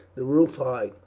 the roof high,